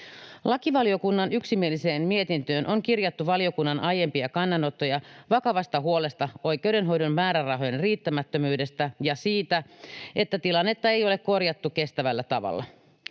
Lakivaliokunnan yksimieliseen mietintöön on kirjattu valiokunnan aiempia kannanottoja vakavasta huolesta oikeudenhoidon määrärahojen riittämättömyydestä ja siitä, että tilannetta ei ole korjattu kestävällä tavalla.